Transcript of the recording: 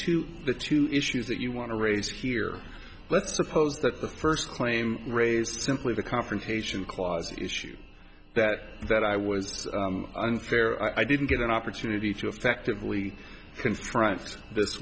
two the two issues that you want to raise here let's suppose that the first claim raised simply the confrontation clause issue that that i was unfair i didn't get an opportunity to effectively confront this